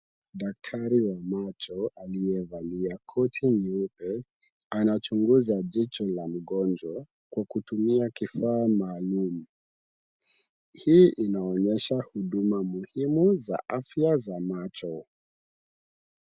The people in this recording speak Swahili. Daktari wa macho aliyevalia koti nyeupe anachunguza jicho la mgonjwa kwa kutumia kifaa maalumu ,hii inaonyesha huduma muhimu za afya za macho .